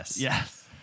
Yes